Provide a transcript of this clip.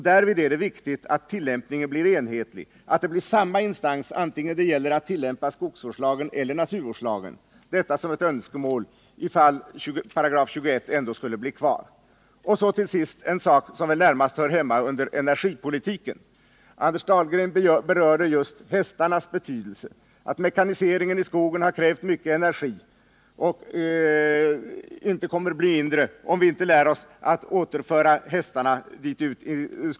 Därvid är det viktigt att tillämpningen blir enhetlig, att det blir samma instans som kommer i fråga antingen det gäller att tillämpa skogsvårdslagen eller att tillämpa naturvårdslagen — detta sagt som ett önskemål, om 21 § ändå skulle bli kvar. Så till sist en fråga som väl närmast hör hemma under energipolitiken. Anders Dahlgren berörde frågan om hästarnas betydelse. Mekaniseringen i skogen har krävt mycket energi, och behovet kommer inte att minska om vi inte lär oss att återföra hästarna dit.